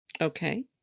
Okay